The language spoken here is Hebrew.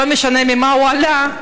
לא משנה מאיפה הוא עלה,